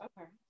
Okay